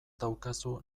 daukazu